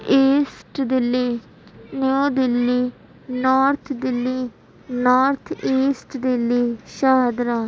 asset Delhi new Delhi north Delhi north east Delhi Shahdara